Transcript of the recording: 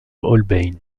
holbein